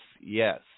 Yes